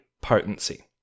potency